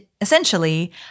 essentially